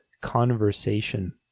conversation